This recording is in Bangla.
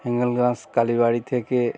হিঙ্গলগঞ্জ কালী বাড়ি থেকে